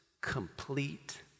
complete